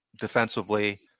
defensively